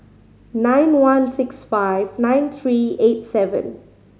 nine one six five nine three eight seven